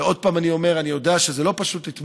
אני אומר עוד פעם: אני יודע שזה לא פשוט לתמוך